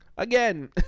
Again